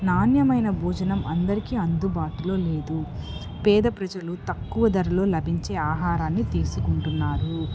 నాణ్యమైన భోజనం అందరికీ అందుబాటులో లేదు పేద ప్రజలు తక్కువ ధరలో లభించే ఆహారాన్ని తీసుకుంటున్నారు